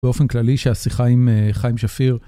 באופן כללי שהשיחה עם חיים שפיר.